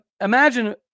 Imagine